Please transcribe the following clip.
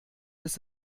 ist